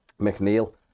McNeil